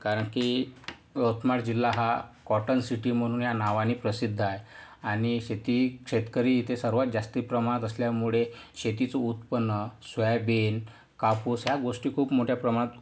कारण की यवतमाळ जिल्हा हा कॉटन सिटी म्हणून या नावाने प्रसिद्ध आहे आणि शेती शेतकरी इथे सर्वांत जास्ती प्रमाणात असल्यामुळे शेतीचं उत्पन्न सोयाबीन कापूस ह्या गोष्टी खूप मोठ्या प्रमाणात